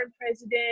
president